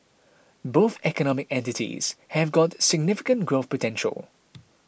both economic entities have got significant growth potential